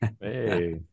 Hey